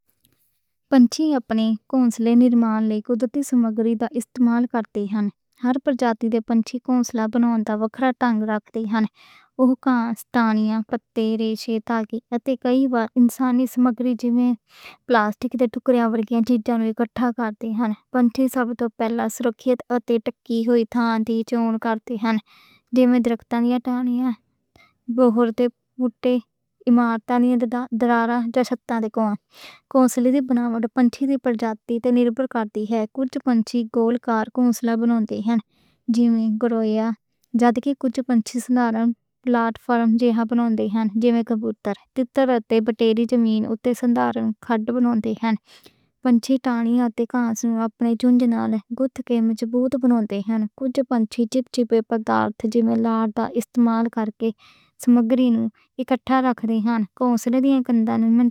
پرندے اپنے گھونسلے بنانے قدرتی سامگری دا استعمال کردے ہے۔ ہر پرجاتی دے پرندے گھونسلہ بنان دا وکھرا طریقہ رکھدے ہے۔ اوہ اکثر پتے، ریشے، انسانی سامگری نال پلاسٹک دے ٹکڑے ورگیاں چیزاں نوں اکٹھا کر دے ہے۔ پہلے تے پرندے لچکدار، خشک اتے تھکّی ہوئیاں ٹہنیاں چُن دے ہے۔ جی میں درختاں دیاں ٹہنیاں جھاڑ بوٹے، عمارتاں دیاں دراڑاں جایکھانی، گھونسلے دی تعمیر پرندے دی پرجاتی تے مواد تے کردے ہے۔ کچھ پرندے کالک جیہیاں چیزاں نال گھونسلے بناؤندے ہے۔ جی میں گوریا جات دے کچھ پرندے سندران پتھران جا سانچے بناؤندے ہے۔ جی میں کبوتر، تیتر اتے بٹیر زمین اتے سندران کھڈ بناؤندے ہے۔ کچھ پرندے ٹہنی اتے گھاس نوں اپنی چونچ نال بُن کے گھونسلہ بناؤندے ہے۔ کچھ پرندے چپکدار پدارتھ دا، جی میں لعاب دا، استعمال کر کے سامگری نوں اکٹھا رکھدے ہے۔ گھونسلے دی خندق میں جاتی ہے۔